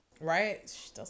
Right